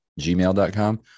gmail.com